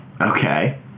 Okay